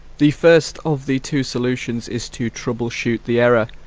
the first of the two solutions is to troubleshoot the error.